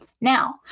Now